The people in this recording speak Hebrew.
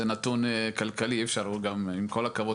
זה נתון כלכלי ואי אפשר הוא גם עם כל הכבוד